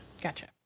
Gotcha